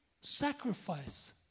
sacrifice